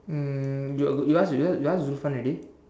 um you you ask you ask Zulfan already